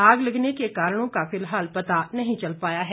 आग लगने के कारणों का फिलहाल पता नहीं चल पाया है